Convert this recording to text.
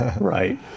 Right